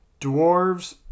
dwarves